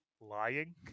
lying